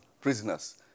prisoners